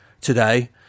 today